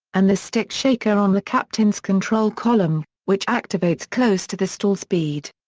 and the stick shaker on the captain's control column, which activates close to the stall speed.